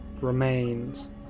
Remains